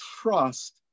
trust